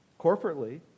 corporately